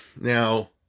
Now